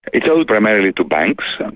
it's owed primarily to banks.